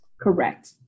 Correct